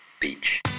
Beach